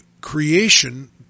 creation